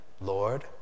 Lord